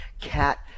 cat